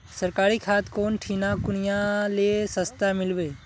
सरकारी खाद कौन ठिना कुनियाँ ले सस्ता मीलवे?